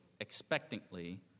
expectantly